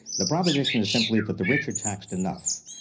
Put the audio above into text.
the proposition is simply that the rich are taxed enough,